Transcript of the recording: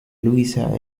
luisa